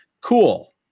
Cool